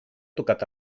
tocat